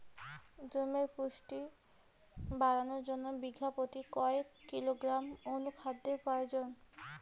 জমির পুষ্টি বাড়ানোর জন্য বিঘা প্রতি কয় কিলোগ্রাম অণু খাদ্যের প্রয়োজন?